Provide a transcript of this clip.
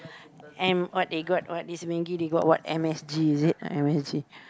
and what they got what is maggi they got what M_S_G right M_S_G